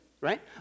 right